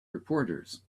reporters